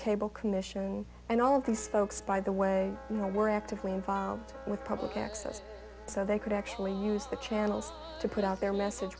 cable commission and all the stocks by the way you know were actively involved with public access so they could actually use the channels to put out their message